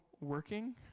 working